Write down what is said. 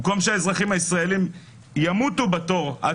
במקום שהאזרחים הישראלים ימותו בתור עד